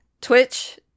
Twitch